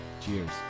Cheers